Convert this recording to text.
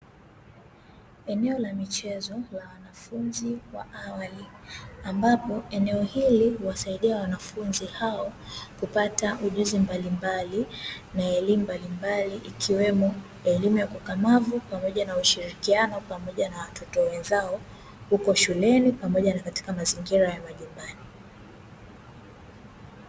Eneo la michezo la wanafunzi wa awali ambapo eneo hili huwasaidia wanafunzi hao kupata ujuzi mbalimbali na elimu mbalimbali ikiwemo elimu ya ukakamavu, pamoja na ushirikiano pamoja na watoto wenzao huko shuleni pamoja na katika mazingira ya majumbani.